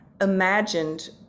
imagined